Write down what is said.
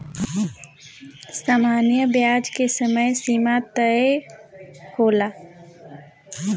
सामान्य ब्याज के समय सीमा तय होला